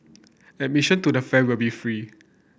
admission to the fair will be free